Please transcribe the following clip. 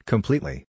Completely